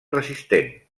resistent